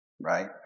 right